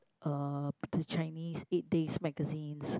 uh the Chinese eight days magazines